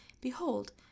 Behold